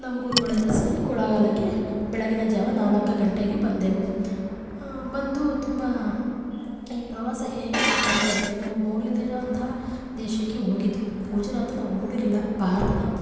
ನಮ್ಮ ಗುರುಗಳೆಲ್ಲ ಸೇರಿ ಕೊಳ್ಳೇಗಾಲಕ್ಕೆ ಬೆಳಗಿನ ಜಾವ ನಾಲ್ಕು ಗಂಟೆಗೆ ಬಂದೆವು ಬಂದು ತುಂಬ ಈ ಪ್ರವಾಸ ಹೇಗಿತ್ತು ಅಂತ ಅಂದ್ರೆ ನಾವು ನೋಡಿಲ್ಲದೇ ಇರುವಂಥ ದೇಶಕ್ಕೆ ಹೋಗಿದ್ವು ಗುಜರಾತ್ ನಾವು ನೋಡಿರಲಿಲ್ಲ ಭಾರತದ